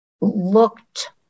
looked